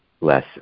less